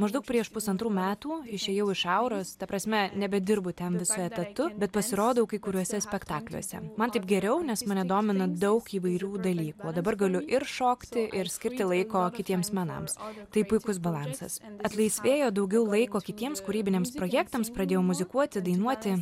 maždaug prieš pusantrų metų išėjau iš auros ta prasme nebedirbu ten visu etatu bet pasirodau kai kuriuose spektakliuose man taip geriau nes mane domina daug įvairių dalykų o dabar galiu ir šokti ir skirti laiko kitiems menams tai puikus balansas atlaisvėjo daugiau laiko kitiems kūrybiniams projektams pradėjau muzikuoti dainuoti